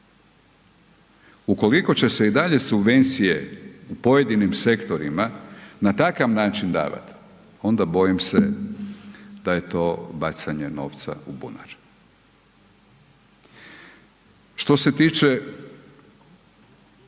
Ukoliko će se i dalje subvencije u pojedinim sektorima na takav način davati, onda bojim se da je to bacanje novca u bunar. Što se tiče